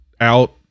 out